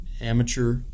Amateur